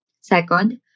Second